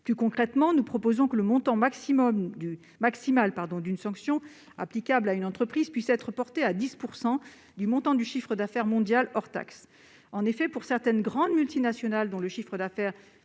Concrètement, nous souhaitons que le montant maximum d'une sanction applicable à une entreprise puisse être porté à 10 % du montant du chiffre d'affaires mondial hors taxes. En effet, pour certaines grandes multinationales, dont le chiffre d'affaires